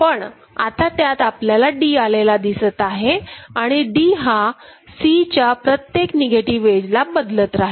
पण आता त्यात आपल्याला D आलेला दिसत आहे आणि D हा C च्या प्रत्येक निगेटिव एजला बदलत राहील